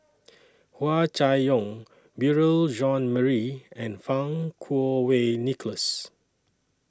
Hua Chai Yong Beurel Jean Marie and Fang Kuo Wei Nicholas